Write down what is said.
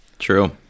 True